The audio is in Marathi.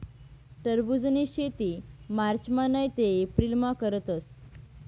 टरबुजनी शेती मार्चमा नैते एप्रिलमा करतस